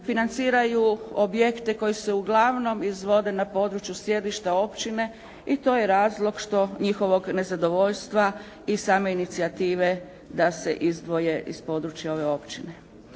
financiraju objekte koji se uglavnom izvode na području sjedišta općine i to je razlog što njihovog nezadovoljstva i same inicijative da se izdvoje iz područja ove općine.